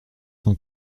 cent